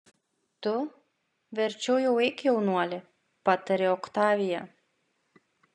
tu verčiau jau eik jaunuoli patarė oktavija